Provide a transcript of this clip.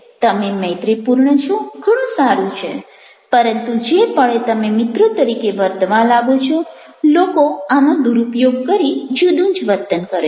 તમે મૈત્રીપૂર્ણ છો ઘણું સારું છે પરંતુ જે પળે તમે મિત્ર તરીકે વર્તવા લાગો છો લોકો આનો દુરૂપયોગ કરી જુદું જ વર્તન કરે છે